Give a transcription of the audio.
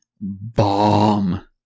bomb